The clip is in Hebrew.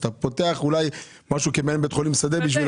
אתה צריך לפתוח משהו שיהווה מעין בית חולים שדה.